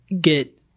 get